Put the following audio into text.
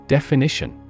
Definition